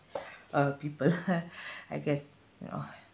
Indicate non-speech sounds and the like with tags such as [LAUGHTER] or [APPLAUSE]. [BREATH] uh people [LAUGHS] I guess you know [BREATH]